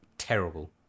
terrible